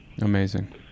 amazing